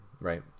Right